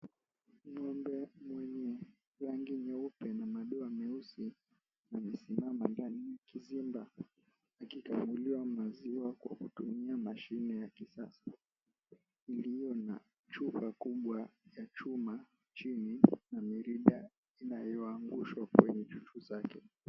Ng'ombe mwenye rangi nyeupe na madoa meusi amesimama ndani ya kizimba akikamuliwa maziwa kwa kutumia mashine ya kisasa iliyo na chupa kubwa ya chuma chini na mirija inayoangushwa kwenye chuchu zake.